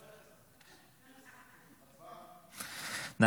באמת בוועדה הזאת, את כל הגורמים.